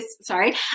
sorry